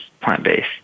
plant-based